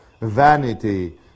vanity